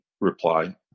reply